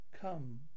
Come